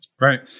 Right